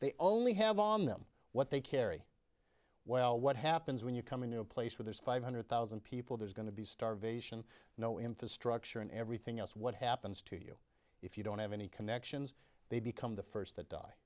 they only have on them what they carry well what happens when you come into a place where there's five hundred thousand people there's going to be starvation no infrastructure and everything else what happens to you if you don't have any connections they become the first that die